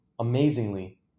amazingly